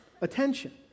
Attention